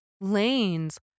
lanes